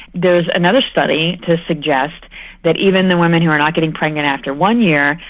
there's another study to suggest that even the women who are not getting pregnant after one year,